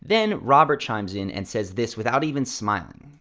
then robert chimes in and says this, without even smiling.